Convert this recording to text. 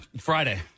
Friday